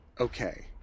Okay